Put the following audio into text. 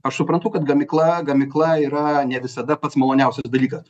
aš suprantu kad gamykla gamykla yra ne visada pats maloniausias dalykas